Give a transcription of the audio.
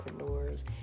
entrepreneurs